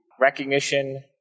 recognition